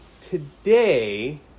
today